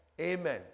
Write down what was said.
Amen